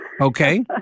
Okay